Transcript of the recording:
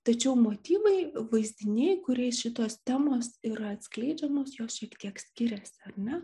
tačiau motyvai vaizdiniai kuriais šitos temos yra atskleidžiamos jos šiek tiek skiriasi ne